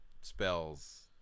spells